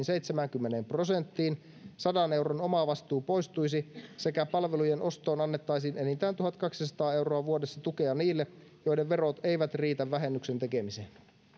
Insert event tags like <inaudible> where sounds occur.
<unintelligible> seitsemäänkymmeneen prosenttiin sadan euron omavastuu poistuisi sekä palvelujen ostoon annettaisiin enintään tuhatkaksisataa euroa vuodessa tukea niille joiden verot eivät riitä vähennyksen tekemiseen